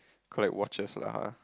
collect watches lah